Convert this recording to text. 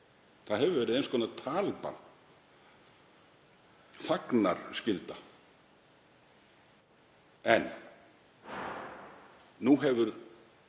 Það hefur verið eins konar talbann, þagnarskylda, en nú hefur